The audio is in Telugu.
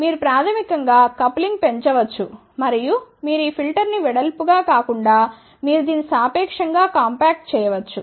కాబట్టి మీరు ప్రాథమికం గా కప్లింగ్ పెంచవచ్చు మరియు మీరు ఈ ఫిల్టర్ ని వెడల్పు గా కాకుండా మీరు దీన్ని సాపేక్షం గా కాంపాక్ట్ చేయ వచ్చు